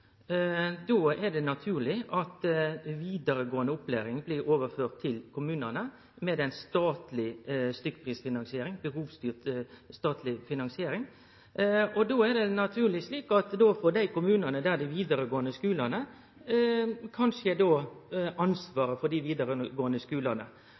då er det naturleg at vidaregåande opplæring blir overført til kommunane, med ei statleg stykkprisfinansiering – behovsstyrt statleg finansiering. Då er det naturleg at dei kommunane med vidaregåande skular kanskje får ansvaret for dei vidaregåande skulane. Det blir då kanskje